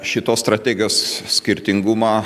šito strategijos skirtingumą